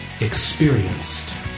experienced